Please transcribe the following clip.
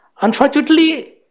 Unfortunately